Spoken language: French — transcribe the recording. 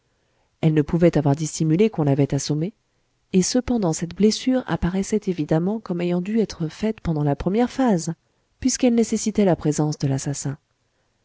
elle ne pouvait avoir dissimulé qu'on l'avait assommée et cependant cette blessure apparaissait évidemment comme ayant dû être faite pendant la première phase puisqu'elle nécessitait la présence de l'assassin